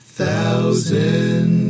thousand